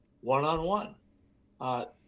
one-on-one